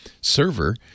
server